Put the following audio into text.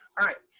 right.